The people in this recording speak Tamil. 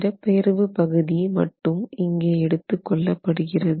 இடப்பெயர்வு பகுதி மட்டும் இங்கே எடுத்துக் கொள்ளப்படுகிறது